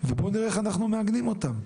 ובואו נראה איך אנחנו מעגנים אותם.